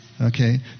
okay